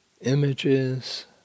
images